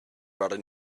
brought